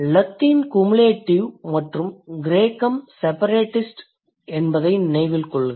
Latin cumulative மற்றும் கிரேக்கம் separatist என்பதை நினைவில் கொள்க